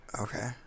Okay